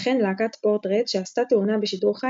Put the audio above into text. וכן להקת פורטרט שעשתה תאונה בשידור חי